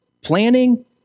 planning